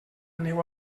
neu